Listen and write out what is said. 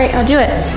i'll do it.